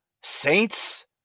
Saints